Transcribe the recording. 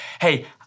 hey